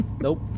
Nope